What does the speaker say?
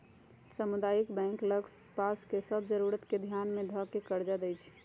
सामुदायिक बैंक लग पास के सभ जरूरत के ध्यान में ध कऽ कर्जा देएइ छइ